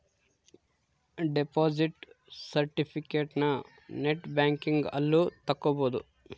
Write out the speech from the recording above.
deposit ಸೆರ್ಟಿಫಿಕೇಟನ net banking ಅಲ್ಲು ತಕ್ಕೊಬೊದು